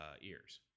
ears